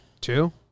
Two